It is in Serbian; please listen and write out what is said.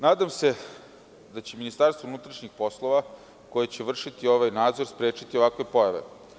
Nadam se da će Ministarstvo unutrašnjih poslova, koje će vršiti ovaj nadzor, sprečiti ovakve pojave.